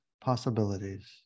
possibilities